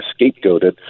scapegoated